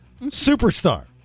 Superstar